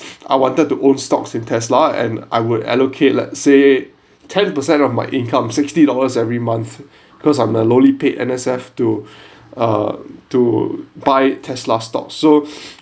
I wanted to own stocks in tesla and I would allocate let's say ten percent of my income sixty dollars every month because I'm a lowly paid N_S_F to uh to buy tesla stock so